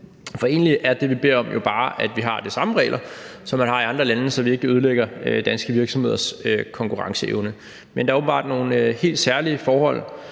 For egentlig er det, vi beder om, jo bare, at vi har de samme regler, som man har i andre lande, så vi ikke ødelægger danske virksomheders konkurrenceevne. Men der er åbenbart nogle helt særlige forhold